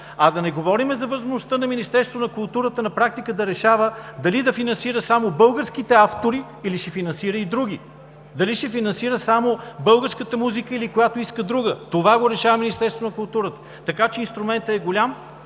Да не говорим за възможността на Министерството на културата на практика да решава дали да финансира само българските автори, или ще финансира и други. Дали ще финансира само българската музика или която иска друга. Това го решава Министерството на културата. Инструментът е голям